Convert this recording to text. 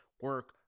Work